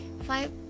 five